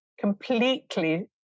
completely